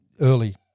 early